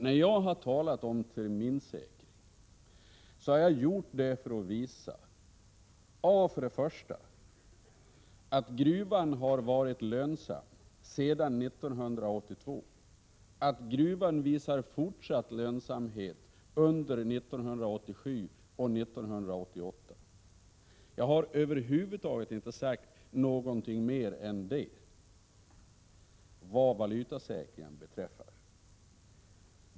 När jag har talat om terminssäkring, har jag gjort det för att visa för det första att gruvan har varit lönsam sedan 1982, för det andra att gruvan visar fortsatt lönsamhet under 1987 och 1988. Jag har över huvud taget inte sagt någonting mer än det — vad beträffar valutasäkring.